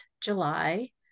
July